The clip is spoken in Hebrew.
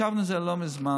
ישבנו על זה לא מזמן.